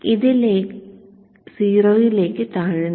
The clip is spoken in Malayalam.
ഇത് 0 ലേക്ക് താഴുന്നു